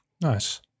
Nice